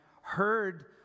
heard